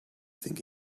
think